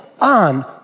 on